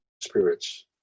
spirits